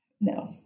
No